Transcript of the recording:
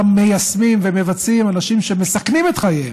מיישמים ומבצעים אנשים שמסכנים את חייהם,